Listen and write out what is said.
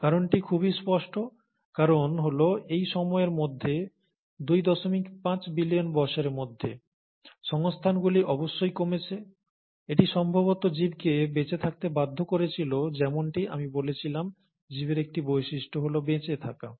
কারণটি খুবই স্পষ্ট কারণ হল এই সময়ের মধ্যে 25 বিলিয়ন বছরের মধ্যে সংস্থানগুলি অবশ্যই কমেছে এটি সম্ভবত জীবকে বেঁচে থাকতে বাধ্য করেছিল যেমনটি আমি বলেছিলাম জীবের একটি বৈশিষ্ট্য হল বেঁচে থাকা